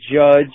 Judge